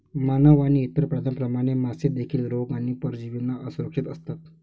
मानव आणि इतर प्राण्यांप्रमाणे, मासे देखील रोग आणि परजीवींना असुरक्षित असतात